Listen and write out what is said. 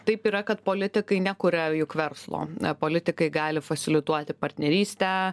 taip yra kad politikai nekuria juk verslo politikai gali fasilituoti partnerystę